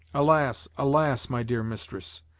alas! alas! my dear mistress,